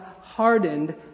hardened